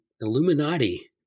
Illuminati